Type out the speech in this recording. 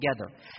together